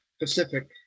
Pacific